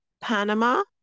Panama